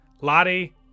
Lottie